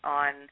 on